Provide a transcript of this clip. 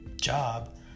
job